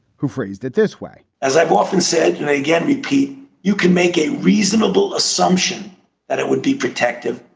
who phrased it this way as i've often said, they again, bp, you can make a reasonable assumption that it would be protective.